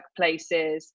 workplaces